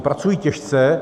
Pracují těžce.